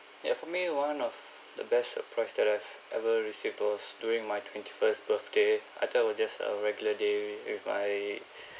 ya for me one of the best surprise that I've ever received was during my twenty-first birthday I thought it was just a regular day with my